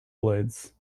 blades